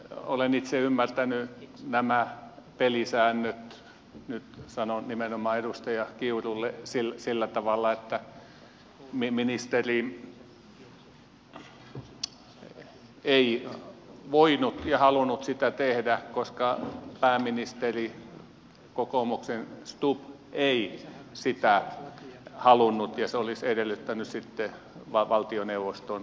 olen itse ymmärtänyt nämä pelisäännöt nyt sanon nimenomaan edustaja kiurulle sillä tavalla että ministeri ei voinut ja halunnut sitä tehdä koska pääministeri kokoomuksen stubb ei sitä halunnut ja se olisi edellyttänyt sitten valtioneuvoston yhteistä päätöstä